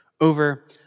over